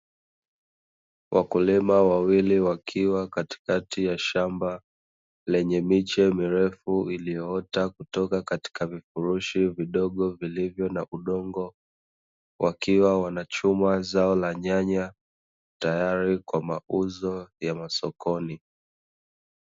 Wakulima wawili wakiwa katikati ya shamba lenye miche mirefu iliyoota kutoka katika vifurushi vidogo vilivyo na udongo. Wakiwa wanachuma zao la nyanya tayari kwa mauzo ya masokoni.